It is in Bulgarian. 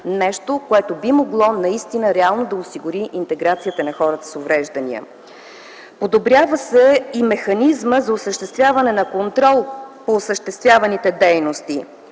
нещо, което наистина реално би могло да осигури интеграцията на хората с увреждания. Подобрява се и механизмът за осъществяване на контрол по осъществяваните дейности